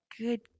good